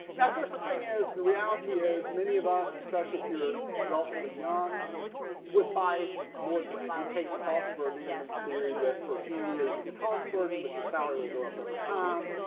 course the thing is the reality is many of us especially if you're relatively young would buy more than that you take the cost burdening and the the theory that for a few years would be cost burden but your salary will go up over time.